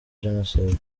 genocide